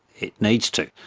it needs to.